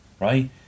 right